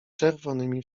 czerwonymi